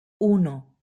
uno